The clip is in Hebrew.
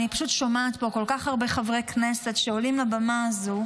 אני פשוט שומעת פה כל כך הרבה חברי כנסת שעולים לבמה הזו,